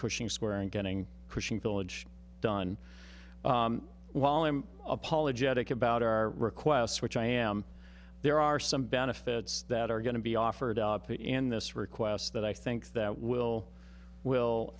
cushing square and getting christian village done while i'm apologetic about our requests which i am there are some benefits that are going to be offered up in this request that i think that will will